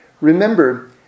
remember